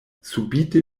subite